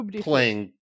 playing